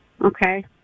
Okay